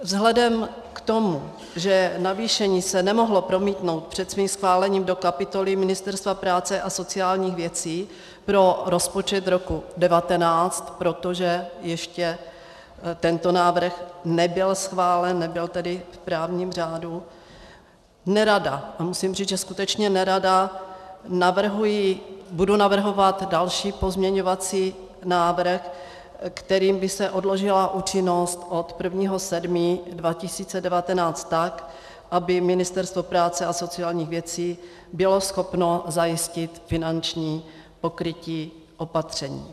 Vzhledem k tomu, že navýšení se nemohlo promítnout před svým schválením do kapitoly Ministerstva práce a sociálních věcí pro rozpočet roku 2019, protože ještě tento návrh nebyl schválen, nebyl tedy v právním řádu, nerada a musím říct, že skutečně nerada navrhuji, budu navrhovat další pozměňovací návrh, kterým by se odložila účinnost od 1. 7. 2019, tak aby Ministerstvo práce a sociálních věcí bylo schopno zajistit finanční pokrytí opatření.